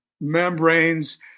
membranes